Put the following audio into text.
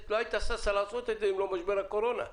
לא הייתה ששה לעשות אותן אם לא משבר הקורונה,